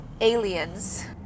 aliens